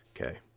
Okay